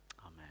Amen